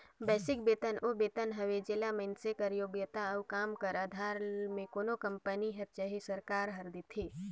basic बेतन ओ बेतन हवे जेला मइनसे कर योग्यता अउ काम कर अधार में कोनो कंपनी हर चहे सरकार हर देथे